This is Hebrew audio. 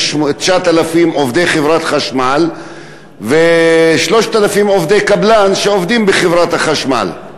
יש 9,000 עובדי חברת החשמל ו-3,000 עובדי קבלן שעובדים בחברת החשמל,